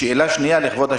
ושאלה שנייה לכבוד השופט: